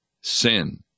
sin